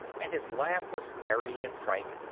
and his laugh was merry and frank.